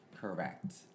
correct